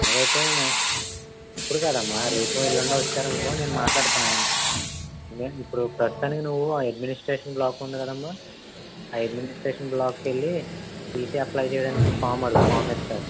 సరే అయితే ఇప్పుడు కాదమ్మా రేపో ఎల్లుండో వచ్చారనుకో నేను మాట్లాడతాను ఆయన ఏం ఇప్పుడు ప్రస్తుతానికి నువ్వు ఆ అడ్మినిస్ట్రేషన్ బ్లాక్ ఉంది కదమ్మా ఆ అడ్మినిస్ట్రేషన్ బ్లాక్కి వెళ్ళీ టీసీ అప్లై చెయ్యటానికి ఫార్మ్ అడుగు ఫార్మ్ ఇస్తారు